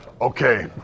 Okay